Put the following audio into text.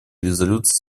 резолюции